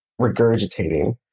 regurgitating